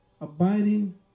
abiding